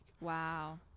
Wow